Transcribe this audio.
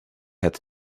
had